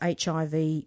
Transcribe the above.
HIV